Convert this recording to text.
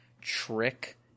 trick